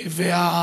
שנמצאים,